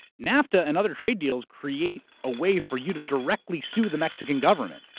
nafta and other trade deals create a way for you to directly sue the mexican government.